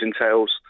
entails